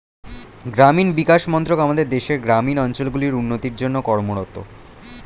গ্রামীণ বিকাশ মন্ত্রক আমাদের দেশের গ্রামীণ অঞ্চলগুলির উন্নতির জন্যে কর্মরত